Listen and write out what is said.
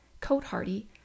coat-hardy